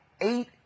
Eight